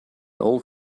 old